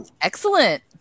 Excellent